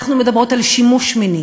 אנחנו מדברות על שימוש מיני,